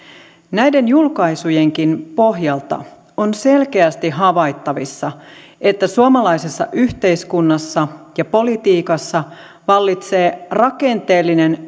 näiden julkaisujenkin pohjalta on selkeästi havaittavissa että suomalaisessa yhteiskunnassa ja politiikassa vallitsee rakenteellinen